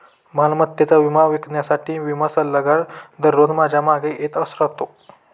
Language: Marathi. मालमत्तेचा विमा विकण्यासाठी विमा सल्लागार दररोज माझ्या मागे येत राहतो